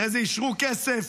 אחרי זה אישרו כסף,